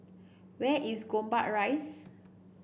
where is Gombak Rise